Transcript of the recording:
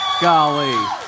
golly